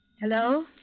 Hello